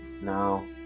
now